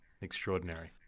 Extraordinary